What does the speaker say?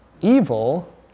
evil